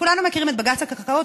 כולנו מכירים את בג"ץ הקרקעות,